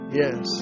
yes